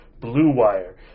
BLUEWIRE